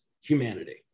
humanity